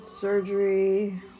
surgery